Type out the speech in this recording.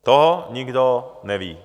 To nikdo neví.